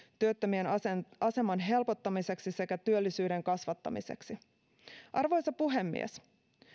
työttömien aseman aseman helpottamiseksi sekä työllisyyden kasvattamiseksi arvoisa puhemies